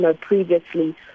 previously